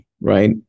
right